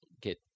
get